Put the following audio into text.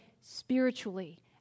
spiritually